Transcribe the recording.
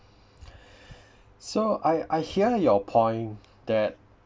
so I I hear your point that